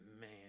man